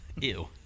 ew